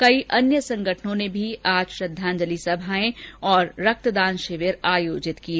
कई अन्य संगठनों ने भी आज श्रद्धांजलि सभाएं तथा रक्तदान शिविर आयोजित किए